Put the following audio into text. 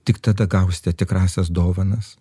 tik tada gausite tikrąsias dovanas